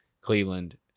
Cleveland